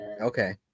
Okay